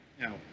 No